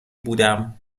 بودم